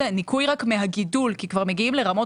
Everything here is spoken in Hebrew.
זה ניכוי רק מהגידול כי כבר מגיעים לרמות